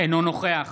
אינו נוכח